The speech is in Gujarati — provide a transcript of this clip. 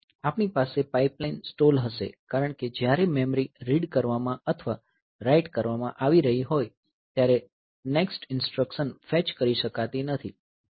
આપણી પાસે પાઇપલાઇન સ્ટોલ હશે કારણ કે જ્યારે મેમરી રીડ કરવામાં અથવા રાઈટ કરવામાં આવી રહી હોય ત્યારે નેક્સ્ટ ઈન્સ્ટ્રકશન ફેચ કરી શકાતી નથી